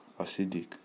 acidic